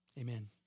Amen